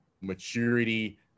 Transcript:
maturity